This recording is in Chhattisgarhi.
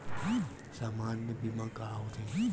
सामान्य बीमा का होथे?